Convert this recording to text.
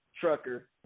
trucker